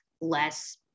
less